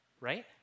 Right